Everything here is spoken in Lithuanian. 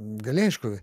gali aišku